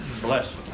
Bless